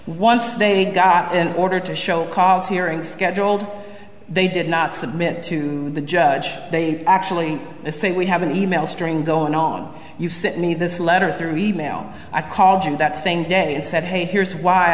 once they got an order to show cause hearing scheduled they did not submit to the judge they actually think we have an e mail string going on you sent me this letter through email i called that same day and said hey here's why